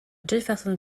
jefferson